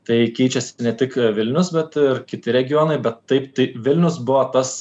tai keičiasi ne tik vilnius bet ir kiti regionai bet taip tai vilnius buvo tas